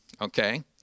Okay